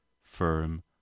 firm